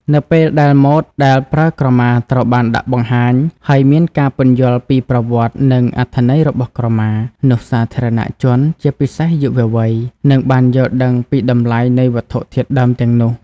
នៅពេលដែលម៉ូដដែលប្រើក្រមាត្រូវបានដាក់បង្ហាញ ហើយមានការពន្យល់ពីប្រវត្តិ និងអត្ថន័យរបស់ក្រមា នោះសាធារណជន ជាពិសេសយុវវ័យ នឹងបានយល់ដឹងពីតម្លៃនៃវត្ថុធាតុដើមទាំងនោះ។